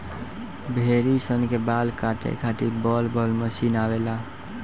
भेड़ी सन के बाल काटे खातिर बड़ बड़ मशीन आवेला